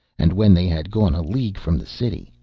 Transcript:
and when they had gone a league from the city,